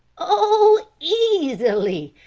oh, easily!